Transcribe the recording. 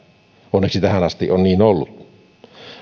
onneksi tähän asti on niin ollut